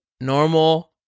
normal